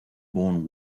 born